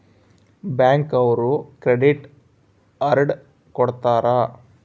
bank ಅವ್ರು credit card ಕೊಡ್ತಾರ